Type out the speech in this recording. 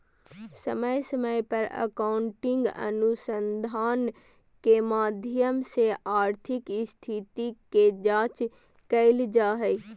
समय समय पर अकाउन्टिंग अनुसंधान के माध्यम से आर्थिक स्थिति के जांच कईल जा हइ